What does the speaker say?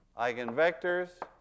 eigenvectors